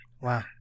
wow